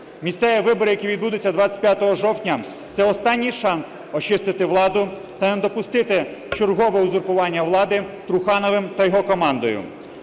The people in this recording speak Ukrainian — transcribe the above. Місцеві вибори, які відбудуться 25 жовтня – це останній шанс очистити владу та не допустити чергового узурпування влади Трухановим та його командою.